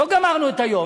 לא גמרנו את היום.